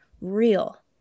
real